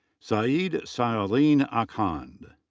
saeed salehin akhand.